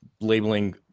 labeling